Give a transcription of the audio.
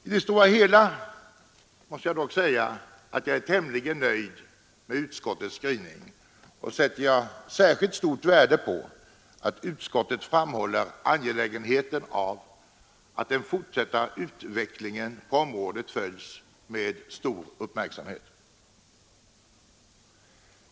I det stora hela måste jag dock säga att jag är tämligen nöjd med utskottets skrivning och jag sätter särskilt stort värde på att utskottet framhåller angelägenheten av att den fortsatta utvecklingen på området följs med stor uppmärksamhet.